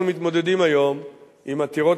אבל אנחנו מתמודדים היום עם עתירות